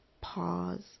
pause